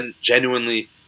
genuinely